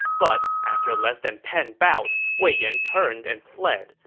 but after less than ten bouts, wei yan turned and fled.